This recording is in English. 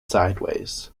sideways